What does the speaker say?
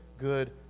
good